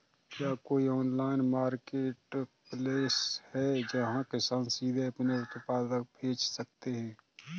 क्या कोई online marketplace है जहाँ किसान सीधे अपने उत्पाद बेच सकते हैं?